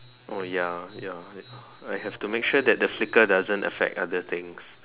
oh ya ya ya I have to make sure the flicker doesn't affect other things